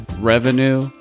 revenue